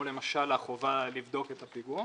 כמו למשל החובה לבדוק את הפיגום.